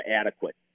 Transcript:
adequate